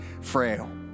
frail